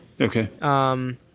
Okay